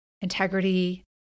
integrity